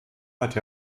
hat